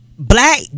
black